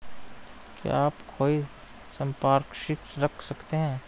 क्या आप कोई संपार्श्विक रख सकते हैं?